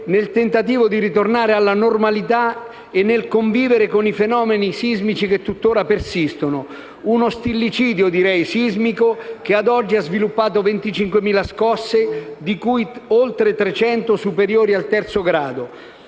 nel tentativo di ritornare alla normalità e nel convivere con i fenomeni sismici che tuttora persistono: uno stillicidio sismico che ad oggi ha sviluppato 25.000 scosse, di cui oltre 300 superiori al 3° grado.